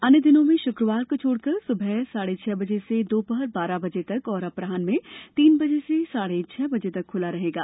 अन्य दिवसों में शुक्रवार को छोड़कर सुबह साढ़े छह से दोपहर बारह बजे तक और अपरान्ह में तीन बजे से साढ़े छह बजे तक खुला रहेगा